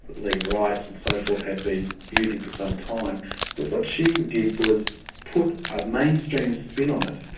league of rights and so forth had been using for some time. but what she did was put a mainstream spin on it.